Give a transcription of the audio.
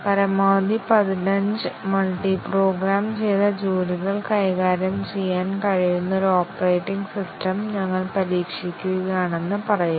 പരമാവധി പതിനഞ്ച് മൾട്ടിപ്രോഗ്രാം ചെയ്ത ജോലികൾ കൈകാര്യം ചെയ്യാൻ കഴിയുന്ന ഒരു ഓപ്പറേറ്റിംഗ് സിസ്റ്റം ഞങ്ങൾ പരീക്ഷിക്കുകയാണെന്ന് പറയുക